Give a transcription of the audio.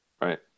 Right